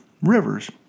rivers